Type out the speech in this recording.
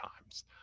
times